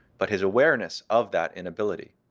but his awareness of that inability.